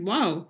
Wow